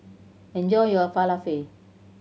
enjoy your Falafel